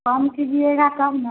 कम कीजिएगा तब ना